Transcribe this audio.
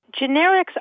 Generics